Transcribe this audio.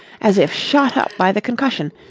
as if shot up by the concussion,